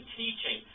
teaching